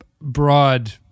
broad